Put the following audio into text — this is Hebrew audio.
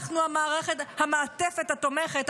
אנחנו המעטפת התומכת,